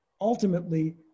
ultimately